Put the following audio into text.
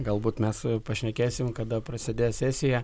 galbūt mes pašnekėsim kada prasidės sesija